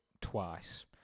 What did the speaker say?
twice